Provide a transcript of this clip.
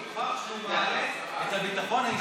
הוכח שהוא מעלה את הביטחון האישי של האזרח.